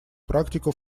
практику